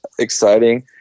Exciting